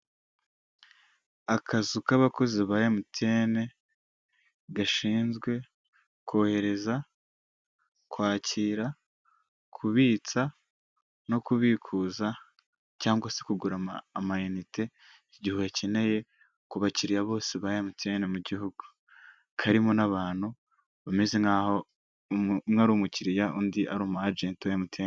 Akazu k'abakozi ba MTN gashinzwe kohereza, kwakira, kubitsa no kubikuza cyangwa se kugura amayinite igihe uyakeneye ku bakiriya bose ba MTN mu gihugu, karimo n'abantu bameze nkaho umwe ari umukiriya undi ari umwajenti wa MTN.